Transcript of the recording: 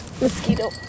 Mosquito